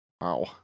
Wow